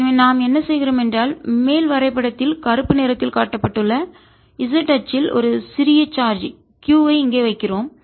எனவே நாம் என்ன செய்கிறோம் என்றால் மேல் வரைபடத்தில் கருப்பு நிறத்தில் காட்டப்பட்டுள்ள z அச்சில் ஒரு சிறிய சார்ஜ் q ஐ இங்கே வைக்கிறோம்